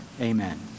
Amen